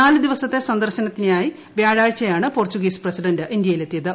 നാലുദിവസത്തെ സന്ദർശനത്തിനായി വ്യാഴാഴ്ചയാണ് Portuguese president ഇന്തൃയിലെത്തിയത്